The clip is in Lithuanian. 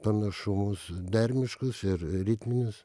panašumus dermiškus ir ritminius